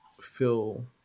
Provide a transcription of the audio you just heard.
feel